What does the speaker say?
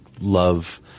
love